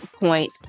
point